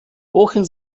wohin